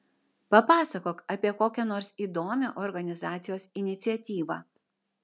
papasakok apie kokią nors įdomią organizacijos iniciatyvą